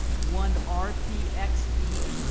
one r p x e,